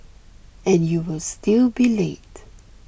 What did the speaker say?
and you will still be late